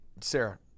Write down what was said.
Sarah